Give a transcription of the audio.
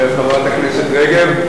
חברת הכנסת רגב.